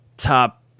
Top